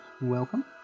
welcome